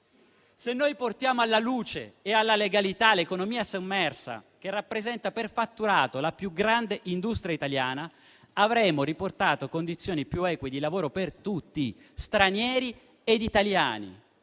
Se portiamo alla luce e alla legalità l'economia sommersa, che rappresenta per fatturato la più grande industria italiana, avremo riportato condizioni più eque di lavoro per tutti, stranieri ed italiani.